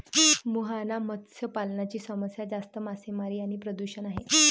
मुहाना मत्स्य पालनाची समस्या जास्त मासेमारी आणि प्रदूषण आहे